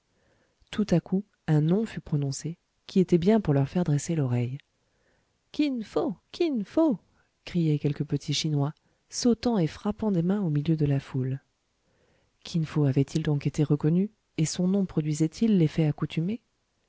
tout à coup un nom fut prononcé qui était bien pour leur faire dresser l'oreille kin fo kin fo criaient quelques petits chinois sautant et frappant des mains au milieu de la foule kin fo avait-il donc été reconnu et son nom produisait il l'effet accoutumé